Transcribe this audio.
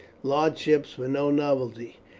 large ships were no novelty,